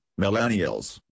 millennials